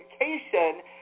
education